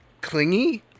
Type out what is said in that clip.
clingy